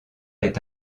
est